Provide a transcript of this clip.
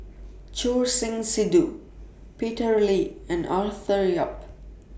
Choor Singh Sidhu Peter Lee and Arthur Yap